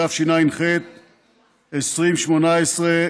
התשע"ח 2018,